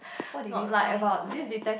what did they find or like